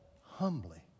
humbly